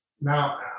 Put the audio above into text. Now